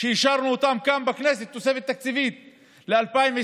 שאישרנו אותם כאן בכנסת כתוספת תקציבית ל-2020,